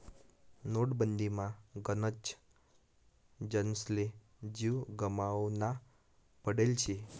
नोटबंदीमा गनच जनसले जीव गमावना पडेल शे